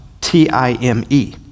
T-I-M-E